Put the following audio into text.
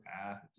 path